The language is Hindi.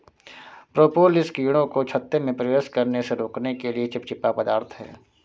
प्रोपोलिस कीड़ों को छत्ते में प्रवेश करने से रोकने के लिए चिपचिपा पदार्थ है